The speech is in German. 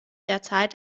derzeit